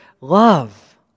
love